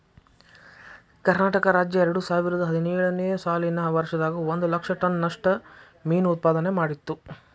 ಕರ್ನಾಟಕ ರಾಜ್ಯ ಎರಡುಸಾವಿರದ ಹದಿನೇಳು ನೇ ಸಾಲಿನ ವರ್ಷದಾಗ ಒಂದ್ ಲಕ್ಷ ಟನ್ ನಷ್ಟ ಮೇನು ಉತ್ಪಾದನೆ ಮಾಡಿತ್ತು